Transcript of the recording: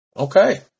Okay